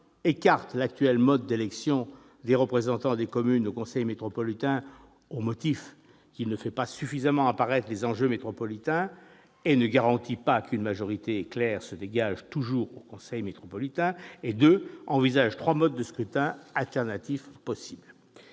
écarte l'actuel mode d'élection des représentants des communes au conseil métropolitain, au motif qu'il ne fait pas suffisamment apparaître les enjeux métropolitains et ne garantit pas qu'une majorité claire se dégage toujours au sein du conseil métropolitain ; par ailleurs, il envisage trois modes de scrutin alternatifs possibles.